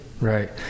Right